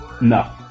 No